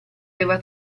aveva